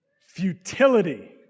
futility